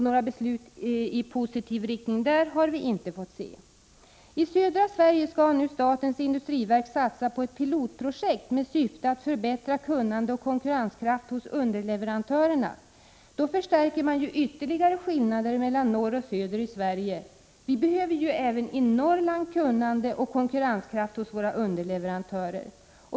Några beslut i positiv riktning på den punkten har vi inte fått se. I södra Sverige skall nu statens industriverk satsa på ett pilotprojekt syftande till att förbättra kunnande och konkurrenskraft hos underleverantörerna. Då förstärker man ju ytterligare skillnaden mellan norr och söder i Sverige. Vi behöver ju även i Norrland kunnande och konkurrenskraft hos våra underleverantörer.